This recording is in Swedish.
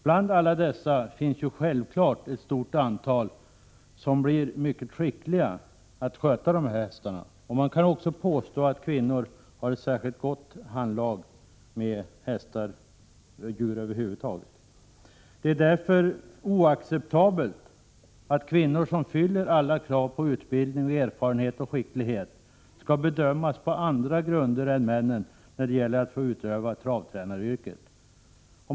Bland dessa finns självfallet ett stort antal som blir mycket skickliga att sköta hästar. Man kan också påstå att kvinnorna har särskilt gott handlag med hästar och djur över huvud taget. Det är därför oacceptabelt att kvinnor som fyller alla krav på utbildning, erfarenhet och skicklighet skall bedömas på andra grunder än män när det gäller att utöva travtränaryrket.